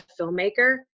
filmmaker